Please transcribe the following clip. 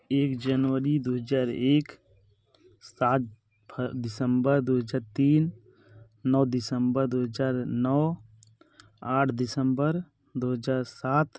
एक जनवरी दो हज़ार एक सात दिसंबर दो हज़ार तीन नौ दिसंबर दो हज़ार नौ आठ दिसंबर दो हज़ार सात